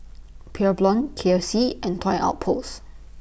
Pure Blonde K F C and Toy Outpost